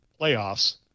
playoffs